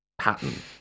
pattern